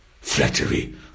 Flattery